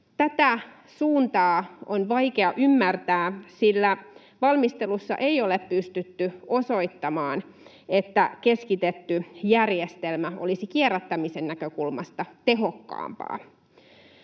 Tätä suuntaa on vaikea ymmärtää, sillä valmistelussa ei ole pystytty osoittamaan, että keskitetty järjestelmä olisi kierrättämisen näkökulmasta tehokkaampi.